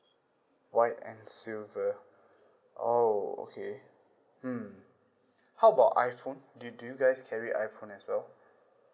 white and silver oh okay mm how about iphone do do you guys carry iphone as well